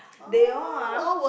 they all ah